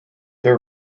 their